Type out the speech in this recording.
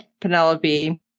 Penelope